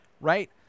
Right